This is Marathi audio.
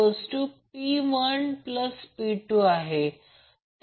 म्हणून P2 S2 cos 2 75 0